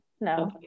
no